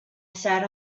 sat